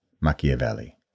Machiavelli